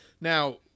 Now